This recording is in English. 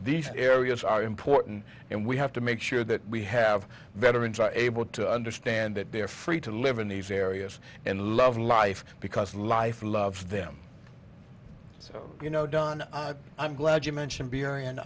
these areas are important and we have to make sure that we have veterans are able to understand that they are free to live in these areas and love life because life loves them so you know don i'm glad you mentioned beer and